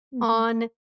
on